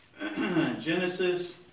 Genesis